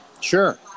Sure